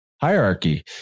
Hierarchy